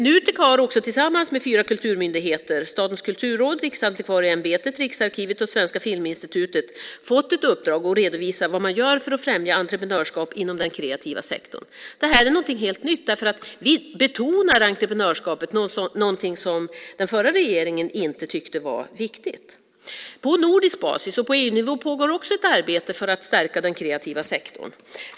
Nutek har tillsammans med fyra kulturmyndigheter - Statens kulturråd, Riksantikvarieämbetet, Riksarkivet och Svenska Filminstitutet - fått i uppdrag att redovisa vad man gör för att främja entreprenörskap inom den kreativa sektorn. Det är något helt nytt. Vi betonar entreprenörskapet, något som den förra regeringen inte tyckte var viktigt. På nordisk basis och på EU-nivå pågår också ett arbete för att stärka den kreativa sektorn.